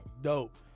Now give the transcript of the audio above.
dope